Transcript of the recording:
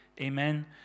Amen